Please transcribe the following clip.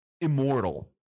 immortal